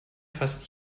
fast